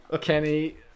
Kenny